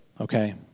Okay